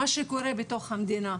מה שקורה בתוך המדינה,